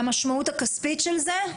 והמשמעות הכספית של זה?